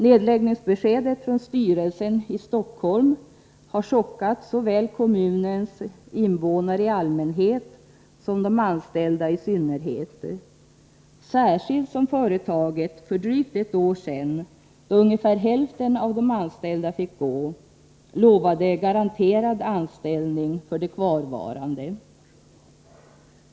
Nedläggningsbeskedet från styrelsen i Stockholm har chockat såväl kommunens invånare i allmänhet som de anställda i synnerhet; särskilt som företaget för drygt ett år sedan, då ungefär hälften av de anställda fick gå, garanterade anställning för de kvarvarande.